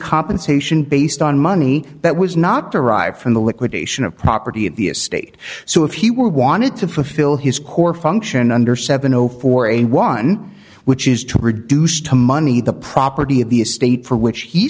compensation based on money that was not derived from the liquidation of property of the estate so if he were wanted to fulfill his core function under seventy dollars for a one which is to produce the money the property of the estate for which he